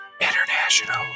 International